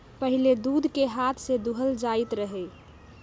पहिले दूध के हाथ से दूहल जाइत रहै